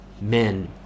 men